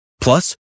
Plus